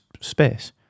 space